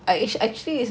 right